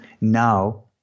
Now